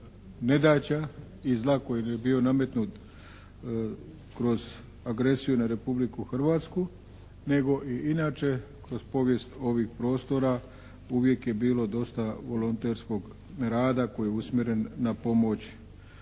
nedaća i zla kojeg im je bio nametnut kroz agresiju na Republiku Hrvatsku nego i inače kroz povijest ovih prostora, uvijek je bilo dosta volonterskog rada koji je usmjeren na pomoć i